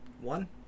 one